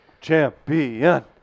Champion